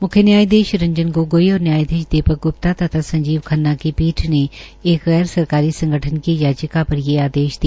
मुख्य न्यायाधीश रंजन गोगोई और न्यायधीश दीपक ग्प्ता तथा संजीव खन्ना की पीठ ने एक गैर सरकारी संगठन की यचिका पर वे आदेश दिया